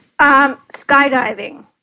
skydiving